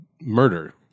murder